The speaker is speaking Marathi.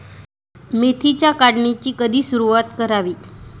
मेथीच्या काढणीची कधी सुरूवात करावी?